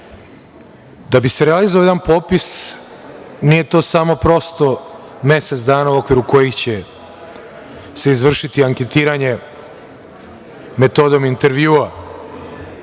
bi se realizovao jedan popis, nije to samo prosto mesec dana u okviru kojih će se završiti anketiranje metodom intervjua